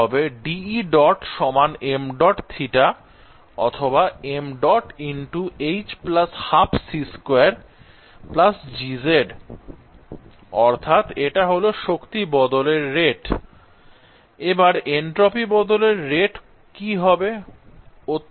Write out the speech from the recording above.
তা হবে অর্থাৎ এটা হল শক্তি বদল এর রেট I এবার এনট্রপি বদল এর রেট কি হবে